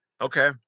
Okay